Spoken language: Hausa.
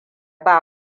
ba